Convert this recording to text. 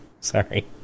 Sorry